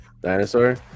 Dinosaur